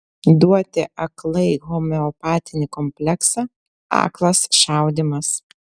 duoti aklai homeopatinį kompleksą aklas šaudymas